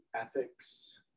ethics